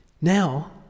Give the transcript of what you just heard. Now